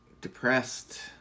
depressed